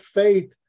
faith